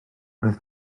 roedd